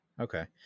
okay